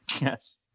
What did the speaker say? Yes